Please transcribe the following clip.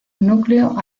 núcleo